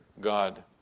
God